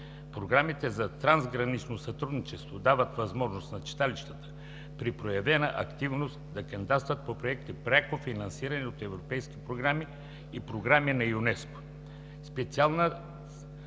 Програмите за трансгранично сътрудничество дават възможност на читалищата, при проявена активност, да кандидатстват по проекти, пряко финансирани от европейски програми и програми на ЮНЕСКО.